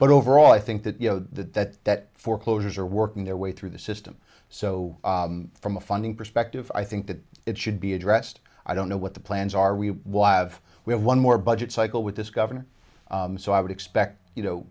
but overall i think that you know that foreclosures are working their way through the system so from a funding perspective i think that it should be addressed i don't know what the plans are we why have we have one more budget cycle with this governor so i would expect you know